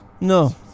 No